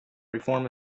reform